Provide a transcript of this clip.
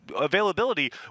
availability